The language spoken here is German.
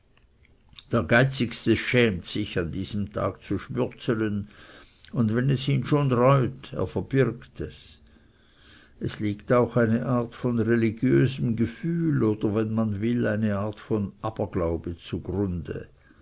der geizigste schämt sich an diesem tag zu schmürzelen und wenn es ihn schon reut er verbirgt es es liegt auch eine art von religiösem gefühl oder wenn man will eine art von aberglaube zugrunde